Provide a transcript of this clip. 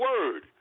word